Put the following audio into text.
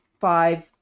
five